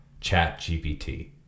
ChatGPT